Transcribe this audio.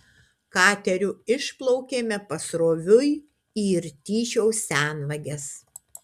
kateriu išplaukėme pasroviui į irtyšiaus senvages